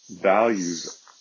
values